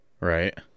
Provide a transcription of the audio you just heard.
Right